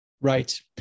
Right